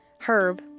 Herb